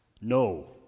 No